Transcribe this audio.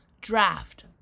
Draft